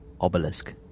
obelisk